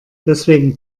deswegen